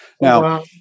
Now